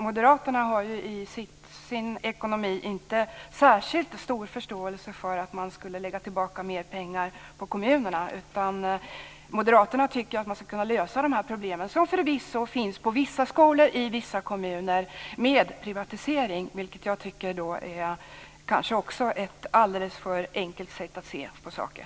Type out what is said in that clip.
Moderaterna har i sin ekonomi inte särskilt stor förståelse för att man skulle lägga mer pengar på kommunerna, utan de tycker att man skulle kunna lösa de här problemen, som förvisso på vissa skolor i vissa kommuner, med privatisering. Det tycker jag är ett alldeles för enkelt sätt att se på saken.